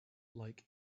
like